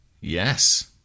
Yes